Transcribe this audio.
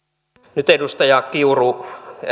nyt edustaja